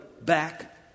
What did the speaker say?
back